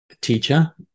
teacher